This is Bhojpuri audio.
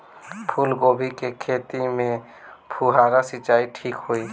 फूल गोभी के खेती में फुहारा सिंचाई ठीक होई?